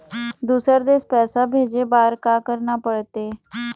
दुसर देश पैसा भेजे बार का करना पड़ते?